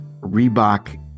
reebok